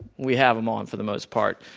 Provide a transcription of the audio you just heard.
we have them on, for the most part.